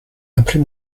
appelez